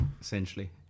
Essentially